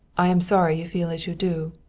i am sorry you feel as you do.